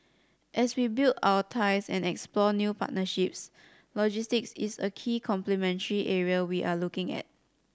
as we build our ties and explore new partnerships logistics is a key complementary area we are looking at